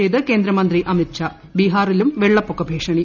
ചെയ്ത് കേന്ദ്രമന്ത്രി അമിത്ഷാ ബീഹാറിലും വെള്ളപ്പൊക്ക ഭീഷണി